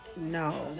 no